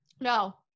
No